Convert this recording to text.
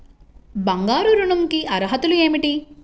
బంగారు ఋణం కి అర్హతలు ఏమిటీ?